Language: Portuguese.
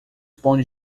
bons